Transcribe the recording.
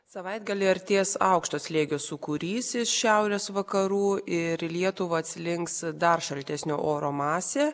savaitgalį artės aukšto slėgio sūkurys iš šiaurės vakarų ir į lietuvą atslinks dar šaltesnio oro masė